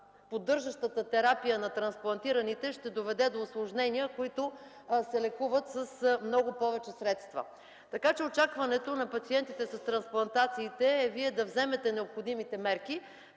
поддържащата терапия на трансплантираните ще доведе до усложнения, които се лекуват с много повече средства. Очакването на пациентите с трансплантациите е Вие да вземете необходимите мерки,